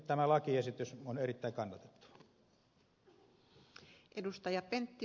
tämä lakiesitys on erittäin kannatettava